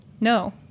No